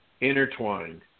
intertwined